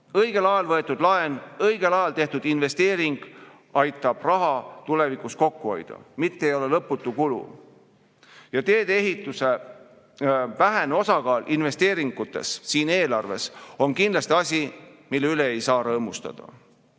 Õigel ajal võetud laen, õigel ajal tehtud investeering aitab raha tulevikus kokku hoida, mitte ei ole lõputu kulu. Tee-ehituse vähene osakaal investeeringutes on siin eelarves kindlasti asi, mille üle ei saa rõõmustada. Ka